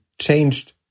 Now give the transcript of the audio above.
changed